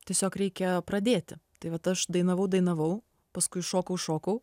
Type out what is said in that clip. tiesiog reikia pradėti tai vat aš dainavau dainavau paskui šokau šokau